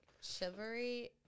chivalry